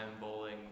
bowling